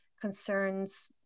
concerns